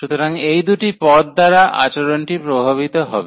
সুতরাং এই দুটি পদ দ্বারা আচরণটি প্রভাবিত হবে